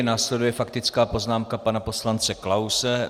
Následuje faktická poznámka pana poslance Klause.